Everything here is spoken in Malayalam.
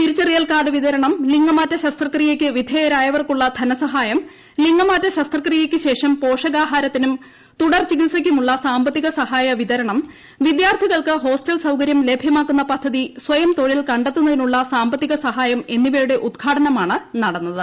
തിരിച്ചറിയൽ കാർഡ് വിതരണം ലിംഗമാറ്റ ശസ്ത്രക്രിയയ്ക്ക് വിധേയരായവർക്കുള്ള ധനസഹായം ലിംഗമാറ്റ ശസ്ത്രക്രിയയ്ക്ക് ശേഷം പോഷകാഹാരത്തിനും തുടർ ചികിത്സയ്ക്കുമുള്ള സാമ്പ ത്തിക സഹായ വിതരണം വിദ്യാർത്ഥികൾക്ക് ഹോസ്റ്റൽ സൌകര്യം ലഭ്യമാക്കുന്ന പദ്ധതി സ്വയംതൊഴിൽ കണ്ടെത്തുന്നതിനുള്ള സാമ്പ ത്തിക സഹായം എന്നിവയുടെ ഉദ്ഘാടനമാണ് നടന്നത്